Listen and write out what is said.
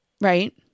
Right